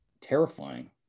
terrifying